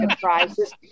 prizes